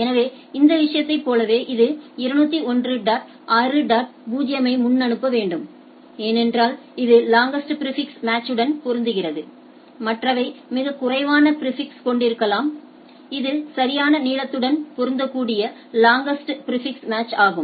எனவே இந்த விஷயத்தைப் போலவே இது 201 டாட் 6 டாட் 0 ஐ முன்அனுப்ப வேண்டும் ஏனென்றால் இது லாங்அஸ்ட் பிாிஃபிக்ஸ் மேட்ச் உடன் பொருந்துகிறது மற்றவை மிகக் குறைவான பிாிஃபிக்ஸ்யை கொண்டிருக்கலாம் இது சரியான நீளத்துடன் பொருந்தக்கூடிய லாங்அஸ்ட் பிாிஃபிக்ஸ் மேட்ச் ஆகும்